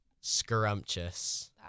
Scrumptious